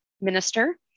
minister